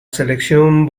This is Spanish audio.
selección